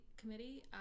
Committee